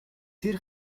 тэр